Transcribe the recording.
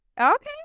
Okay